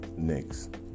next